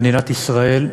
במדינת ישראל,